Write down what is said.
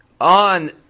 on